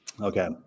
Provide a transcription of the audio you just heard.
Okay